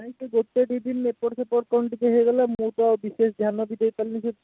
ନାହିଁ ସେ ଗୋଟେ ଦୁଇ ଦିନ ଏପଟ ସେପଟ କ'ଣ ଟିକେ ହେଇଗଲା ମୁଁ ତ ଆଉ ବିଶେଷ ଧ୍ୟାନ ବି ଦେଇପାରିଲିନି